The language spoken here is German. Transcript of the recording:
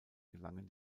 gelangen